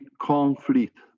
conflict